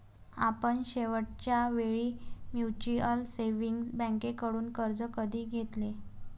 आपण शेवटच्या वेळी म्युच्युअल सेव्हिंग्ज बँकेकडून कर्ज कधी घेतले?